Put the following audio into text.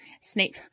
snape